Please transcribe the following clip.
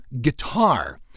guitar